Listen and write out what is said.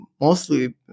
mostly